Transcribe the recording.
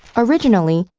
originally,